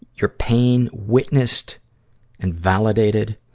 your pain witnessed and validated.